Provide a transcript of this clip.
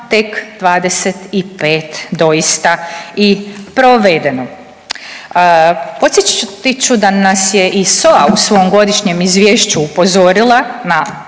tek 25 doista i provedeno. Podsjetit ću da nas je i SOA u svom godišnjem izvješću upozorila na